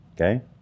Okay